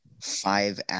five